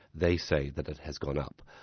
they say that it has gone up.